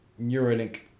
Neuralink